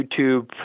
YouTube